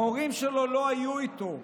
ההורים שלו לא היו איתו.